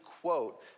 quote